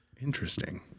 interesting